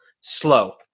Slow